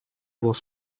was